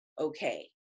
okay